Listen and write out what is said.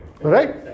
Right